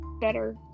better